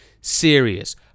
serious